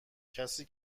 کسی